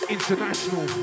International